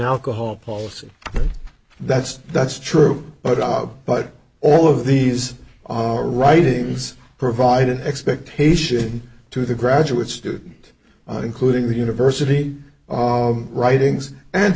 alcohol policy that's that's true but ob all of these writings provide an expectation to the graduate student including the university writings and